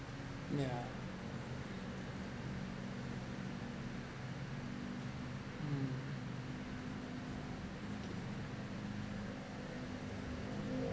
yeah mm